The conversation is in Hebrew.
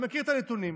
אני מכיר את הנתונים,